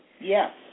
yes